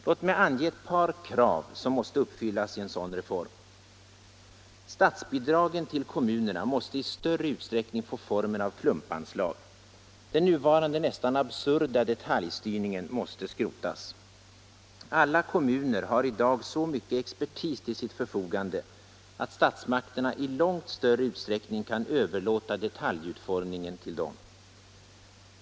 Låt mig ange ett par krav som måste uppfyllas i en sådan reform. Statsbidragen till kommunerna måste i större utsträckning få formen av ”klumpanslag”. Den nuvarande nästan absurda detaljstyrningen måste skrotas. Alla kommuner har i dag så mycket expertis till sitt förfogande att statsmakterna i långt större utsträckning kan överlåta detaljutformningen till dem.